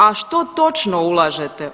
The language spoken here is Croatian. A što točno ulažete?